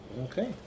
Okay